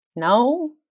No